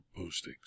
postings